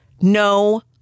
no